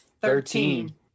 Thirteen